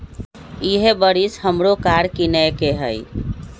इहे बरिस हमरो कार किनए के हइ